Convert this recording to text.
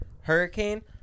Hurricane